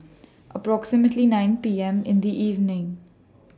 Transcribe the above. approximately nine P M in The evening